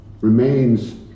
remains